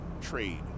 trade